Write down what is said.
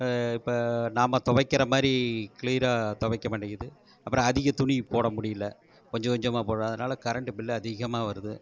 இப்போ நாம் துவைக்கிற மாதிரி க்ளீனாக துவைக்க மாட்டேங்கிறது அப்புறம் அதிக துணி போட முடியல கொஞ்சம் கொஞ்சமாக போடுகிறோம் அதனால் கரண்ட்டு பில்லு அதிகமாக வருது